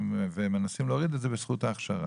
ומנסים להוריד את זה בזכות ההכשרה.